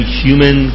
human